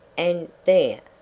and there,